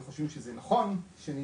אנחנו חושבים שזה נכון שנהיה,